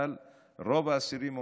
אבל רוב האסירים אומרים: